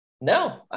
no